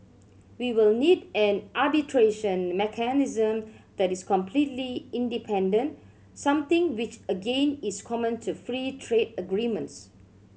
we will need an arbitration mechanism that is completely independent something which again is common to free trade agreements